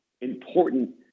important